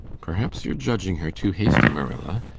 perhaps you're judging her too hasty, marilla.